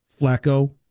Flacco